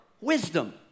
wisdom